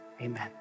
Amen